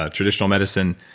ah traditional medicine.